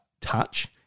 touch